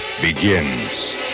begins